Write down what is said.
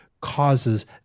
causes